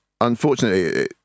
unfortunately